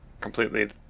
completely